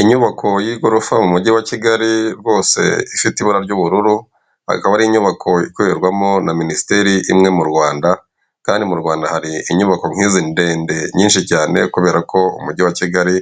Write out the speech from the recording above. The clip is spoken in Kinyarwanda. Inyubako y'igorofa mu mujyi wa Kigali rwose ifite ibara ry'ubururu ,akaba ari inyubako ikorerwamo na minisiteri imwe mu rwanda kandi mu rwanda har' inyubako nkizi ndende nyinshi cyane , kuberako umujyi wa kigali